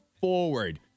forward